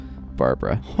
Barbara